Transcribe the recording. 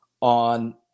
on